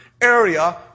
area